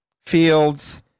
Fields